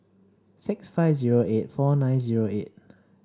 six five zero eight four nine zero eight